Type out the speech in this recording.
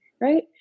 right